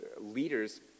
leaders